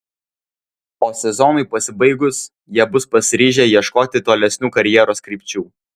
o sezonui pasibaigus jie bus pasiryžę ieškoti tolesnių karjeros krypčių